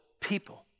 people